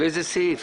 על איזה סעיף?